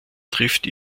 trifft